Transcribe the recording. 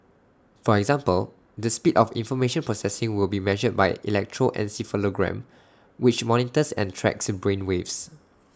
for example the speed of information processing will be measured by electroencephalogram which monitors and tracks in brain waves